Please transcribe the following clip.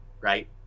right